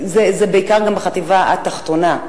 זה בעיקר בחטיבה התחתונה,